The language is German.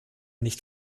nicht